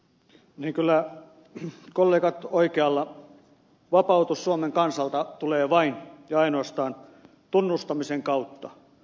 niin kyllä kollegat oikealla vapautus suomen kansalta tulee vain ja ainoastaan tunnustamisen kautta